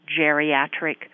geriatric